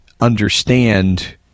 understand